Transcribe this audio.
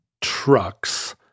trucks